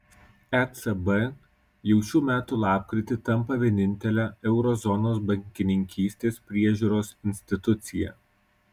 ecb jau šių metų lapkritį tampa vienintele euro zonos bankininkystės priežiūros institucija